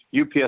UPS